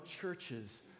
churches